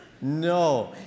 No